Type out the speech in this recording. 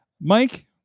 Mike